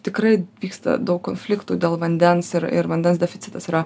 tikrai vyksta daug konfliktų dėl vandens ir ir vandens deficitas yra